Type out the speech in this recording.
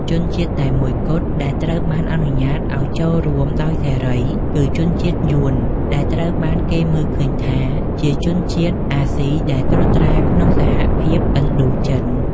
ជនជាតិតែមួយគត់ដែលត្រូវបានអនុញ្ញាតឲ្យចូលរួមដោយសេរីគឺជនជាតិយួន ដែលត្រូវបានគេមើលឃើញថាជាជនជាតិអាស៊ីដែលត្រួតត្រាក្នុងសហភាពឥណ្ឌូចិន។